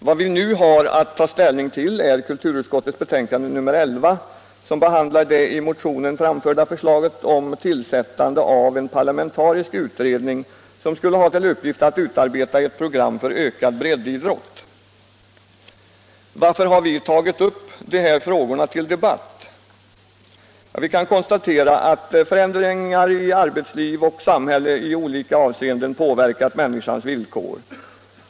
Vad vi nu har att ta ställning till är kulturutskottets betänkande nr 11, som behandlar det i motionen framförda förslaget om tillsättande av en parlamentarisk utredning som skulle ha till uppgift att utarbeta ett program för ökad breddidrott. Varför har vi tagit upp de här frågorna till debatt? Ja, vi kan konstatera att förändringar i arbetsliv och samhälle i olika avseenden påverkat människans villkor.